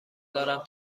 دارم